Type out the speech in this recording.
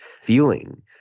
feeling